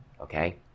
Okay